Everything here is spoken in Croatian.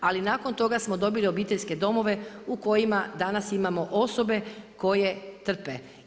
Ali nakon toga smo dobili obiteljske domove u kojima danas imamo osobe koje trpe.